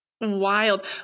Wild